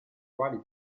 quali